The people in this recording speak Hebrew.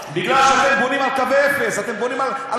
מה הם מקבלים מהחוק?